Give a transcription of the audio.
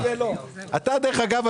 דרך אגב,